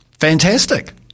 Fantastic